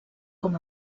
com